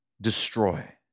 destroy